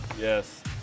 Yes